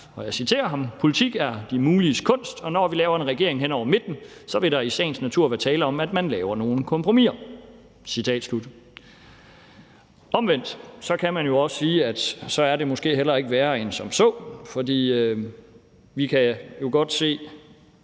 har sagt: »... politik er det muliges kunst, og når vi laver en regering hen over midten, så vil der i sagens natur være tale om, at man laver nogle kompromiser«. Omvendt kan man også sige, at så er det måske heller ikke værre end som så, for vi kan jo godt se,